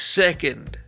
second